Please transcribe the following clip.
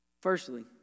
Firstly